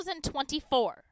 2024